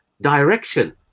direction